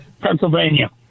Pennsylvania